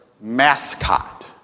mascot